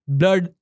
blood